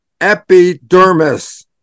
epidermis